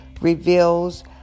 reveals